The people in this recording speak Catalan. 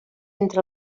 entre